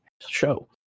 show